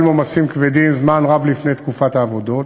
מעומסים כבדים זמן רב לפני תקופת העבודות.